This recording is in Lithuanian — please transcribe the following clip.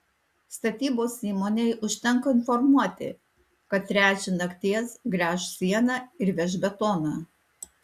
statybos įmonei užtenka informuoti kad trečią nakties gręš sieną ir veš betoną